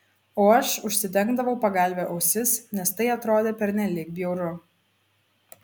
o aš užsidengdavau pagalve ausis nes tai atrodė pernelyg bjauru